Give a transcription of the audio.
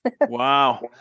Wow